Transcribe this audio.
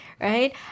right